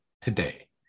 today